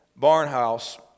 Barnhouse